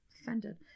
offended